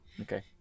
Okay